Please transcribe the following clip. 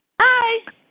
Hi